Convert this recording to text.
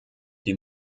die